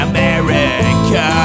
America